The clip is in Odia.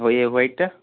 ହଉ ଏ ହ୍ୱାଇଟ୍ ଟା